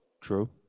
True